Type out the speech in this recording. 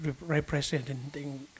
representing